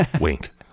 Wink